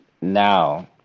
now